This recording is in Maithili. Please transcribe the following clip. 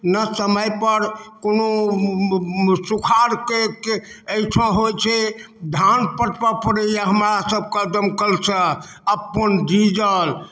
ना समयपर कोनो सुखाड़ के के अइ ठाँ होइ छै धान पटबऽ पड़ैये हमरा सबके डमकल से अप्पन डीजल